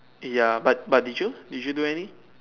ya but but did you did you do any